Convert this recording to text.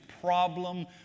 problem